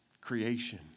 creation